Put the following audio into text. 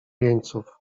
jeźdźców